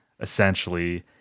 essentially